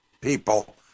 people